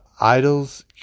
Idols